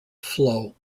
flow